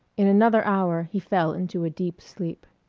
in another hour he fell into a deep sleep.